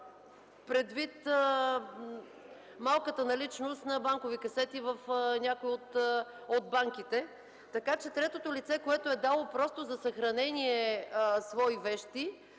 предвид малката наличност на банкови касети в някои от банките. Така че третото лице, което е дало просто за съхранение свои вещи,